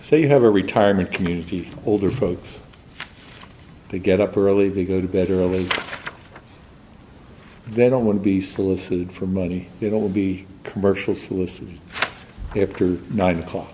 so you have a retirement community older folks to get up early to go to bed early they don't want to be full of food for money it will be commercial solution after nine o'clock